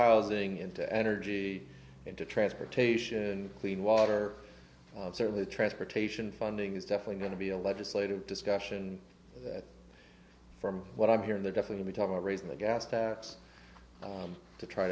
housing into energy into transportation clean water certainly transportation funding is definitely going to be a legislative discussion that from what i'm hearing there definitely talk about raising the gas tax to try